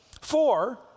Four